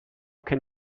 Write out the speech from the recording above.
can